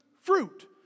fruit